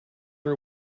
are